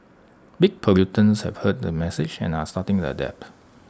big polluters have heard the message and are starting to adapt